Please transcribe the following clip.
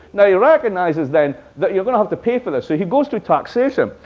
now, he recognizes then that you're going to have to pay for this, so he goes to taxation.